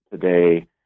today